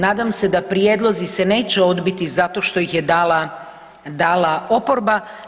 Nadam se da prijedlozi se neće odbiti zato što ih je dala, dala oporba.